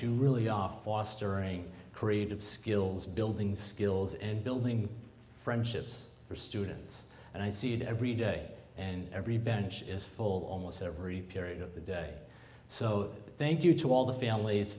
you really are fostering creative skills building skills and building friendships for students and i see it every day and every bench is full almost every period of the day so thank you to all the famil